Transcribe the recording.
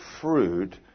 fruit